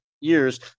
years